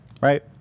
Right